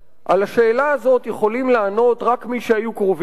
על השאלה הזאת יכולים לענות רק מי שהיו קרובים אליו: